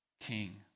king